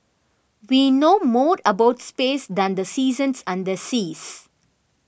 we know more about space than the seasons and the seas